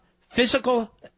physical